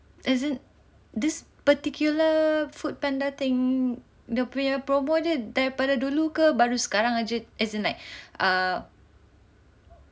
as in this particular Food Panda thing dia punya promo jer daripada dulu ke baru sekarang baru saja as in like err